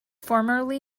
formerly